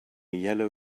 yellow